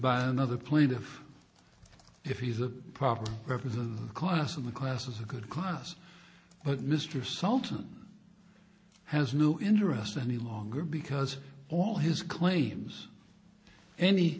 by another plaintiff if he's a problem represent the class of the class is a good class but mr sultan has no interest any longer because all his claims any